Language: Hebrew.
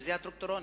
וזה הטרקטורונים.